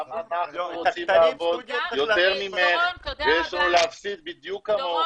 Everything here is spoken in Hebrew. גם אנחנו רוצים לעבוד יותר ממך ויש לנו להפסיד בדיוק כמוך,